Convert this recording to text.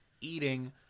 eating